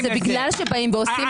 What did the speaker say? אבל זה בגלל שבאים ועושים,